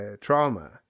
trauma